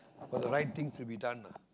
for the right things to be done lah